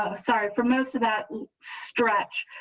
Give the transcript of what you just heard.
ah sorry for most of that stretch.